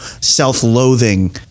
self-loathing